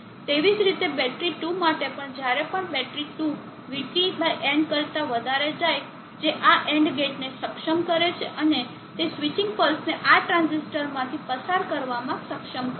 તેવી જ રીતે બેટરી 2 માટે પણ જ્યારે પણ બેટરી 2 VTn કરતા વધારે જાય છે જે આ AND ગેટને સક્ષમ કરે છે અને તે સ્વિચિંગ પલ્સને આ ટ્રાંઝિસ્ટર માંથી પસાર કરવામાં સક્ષમ કરશે